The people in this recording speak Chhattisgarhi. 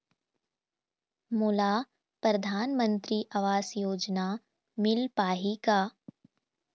मोला परधानमंतरी आवास योजना मिल पाही का?